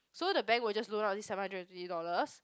so the bank will just loan out this seven hundred and twenty dollars